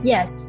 Yes